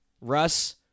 Russ